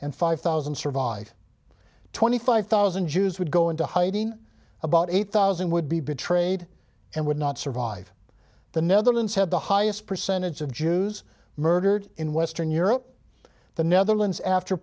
and five thousand survived twenty five thousand jews would go into hiding about eight thousand would be betrayed and would not survive the netherlands had the highest percentage of jews murdered in western europe the netherlands after